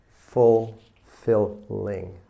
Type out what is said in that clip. fulfilling